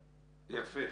יפה.